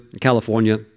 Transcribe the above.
California